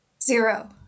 Zero